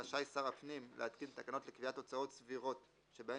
רשאי שר הפנים להתקין תקנות לקביעת הוצאות סבירות שבהן